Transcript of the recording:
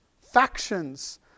factions